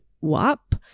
WAP